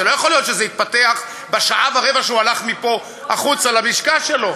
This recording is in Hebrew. לא יכול להיות שזה התפתח בשעה ורבע שהוא הלך מפה החוצה ללשכה שלו.